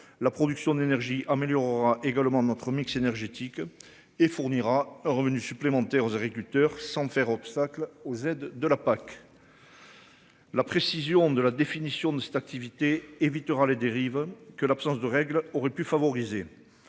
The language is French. la production d'énergie améliorera également notre mix énergétique et fournira revenus supplémentaires aux agriculteurs sans faire obstacle aux aides de la PAC. La précision de la définition de cette activité évitera les dérives que l'absence de règles aurait pu favoriser